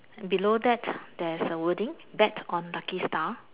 below that there's a wording bet on lucky star